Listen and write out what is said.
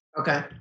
Okay